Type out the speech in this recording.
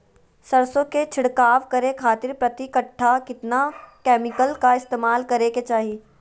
सरसों के छिड़काव करे खातिर प्रति कट्ठा कितना केमिकल का इस्तेमाल करे के चाही?